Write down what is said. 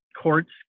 courts